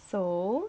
so